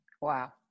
Wow